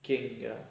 keng ya